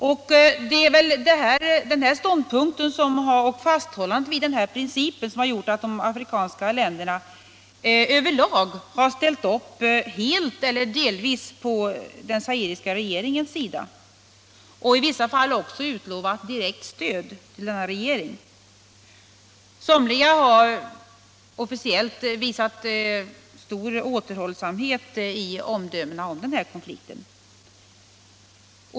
Och det är väl fasthållandet vid denna princip som gjort att de afrikanska länderna överlag har ställt upp helt eller delvis på den zairiska regeringens sida och i vissa fall också utlovat direkt stöd till regeringen. Somliga länder har officiellt visat stor återhållsamhet i omdömet om den här konflikten.